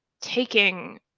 taking